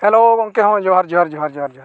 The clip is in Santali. ᱜᱚᱝᱠᱮ ᱦᱳᱭ ᱡᱚᱦᱟᱨ ᱡᱚᱦᱟᱨ ᱡᱚᱦᱟᱨ ᱡᱚᱦᱟᱨ ᱡᱚᱦᱟᱨ